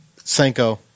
Senko